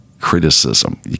criticism